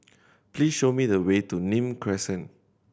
please show me the way to Nim Crescent